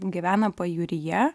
gyvena pajūryje